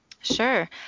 Sure